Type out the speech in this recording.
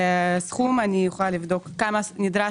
אני יכולה לבדוק מה הסכום.